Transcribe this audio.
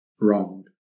wrong